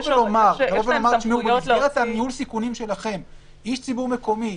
ולומר - במסגרת ניהול הסיכונים שלכם איש ציבור מקומי,